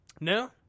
No